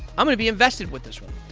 i'm going to be invested with this one.